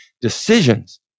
decisions